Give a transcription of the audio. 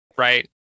right